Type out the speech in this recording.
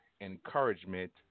encouragement